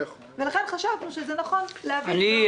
אני דיברתי עם קופת חולים כללית.